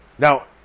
Now